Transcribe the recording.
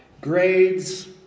grades